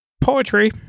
poetry